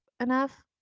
enough